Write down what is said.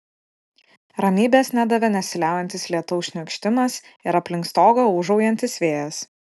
ramybės nedavė nesiliaujantis lietaus šniokštimas ir aplink stogą ūžaujantis vėjas